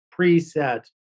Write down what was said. preset